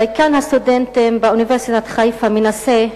דיקן הסטודנטים באוניברסיטת חיפה מנסה,